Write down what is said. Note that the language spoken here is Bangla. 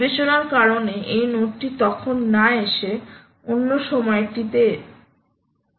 বিবেচনার কারণে এই নোডটি তখন না এসে অন্য সময়ে এটি গ্রহণ করতে পারে